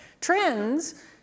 Trends